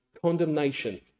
condemnation